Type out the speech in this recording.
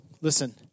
Listen